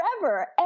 forever